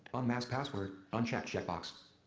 unmask password unchecked check box.